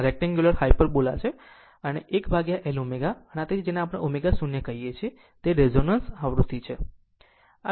તે એક rectangle hyperbola છે એક L ω અને આ તે છે જેને આપણે ω0 કહીએ છીએ તે છે રેઝોનન્સ આવૃત્તિ છે